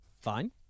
Fine